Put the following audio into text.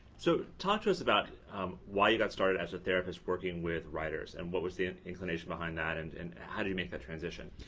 so talk to us about why you got started as a therapist working with writers and what was the and inclination behind that and and how did you make that transition?